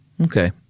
Okay